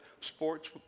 sports